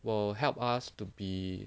will help us to be